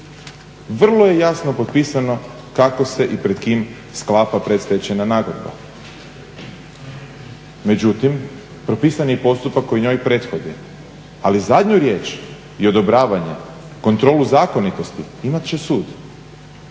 vrlo je jasno potpisano kako se i pred kim sklapa predstečajna nagodba. Međutim, propisan je postupak koji njoj prethodi, ali zadnju riječ i odobravanje, kontrolu zakonitosti imat će sud.